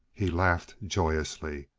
he laughed joyously.